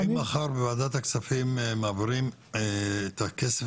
אם מחר בוועדת הכספים מעבירים את הכסף